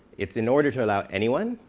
it's in order to allow anyone,